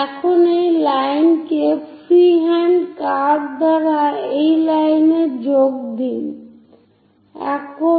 এখন একটি লাইন কে ফ্রিহ্যান্ড কার্ভ দ্বারা এই লাইনে যোগ করুন